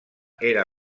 era